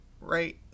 right